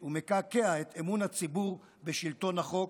הוא מקעקע את אמון הציבור בשלטון החוק,